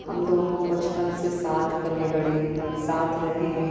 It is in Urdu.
ہم دونوں بچپن سے ساتھ پلے بڑھے ساتھ رہے